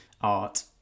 art